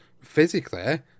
physically